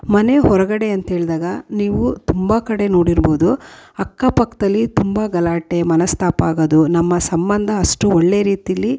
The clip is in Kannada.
ಮನೆ ಹೊರಗಡೆ ಅಂತ್ಹೇಳಿದಾಗ ನೀವು ತುಂಬ ಕಡೆ ನೋಡಿರ್ಬೋದು ಅಕ್ಕಪಕ್ಕದಲ್ಲಿ ತುಂಬ ಗಲಾಟೆ ಮನಸ್ತಾಪ ಆಗೋದು ನಮ್ಮ ಸಂಬಂಧ ಅಷ್ಟು ಒಳ್ಳೆಯ ರೀತೀಲಿ